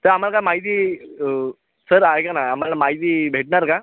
तर आम्हाला काय माहिती सर ऐका ना आम्हाला माहिती भेटणार का